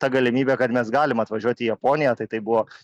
ta galimybe kad mes galim atvažiuoti į japoniją tai tai buvo